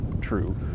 true